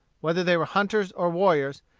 whether they were hunters or warriors,